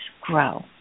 grow